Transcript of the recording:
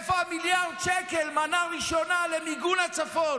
איפה המיליארד שקל מנה ראשונה למיגון הצפון,